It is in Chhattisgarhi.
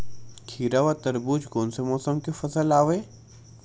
खीरा व तरबुज कोन से मौसम के फसल आवेय?